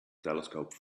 telescope